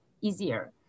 easier